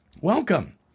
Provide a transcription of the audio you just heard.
Welcome